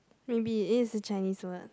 maybe it's a Chinese word